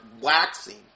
waxing